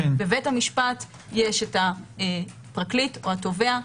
בבית המשפט יש הפרקליט או התובע,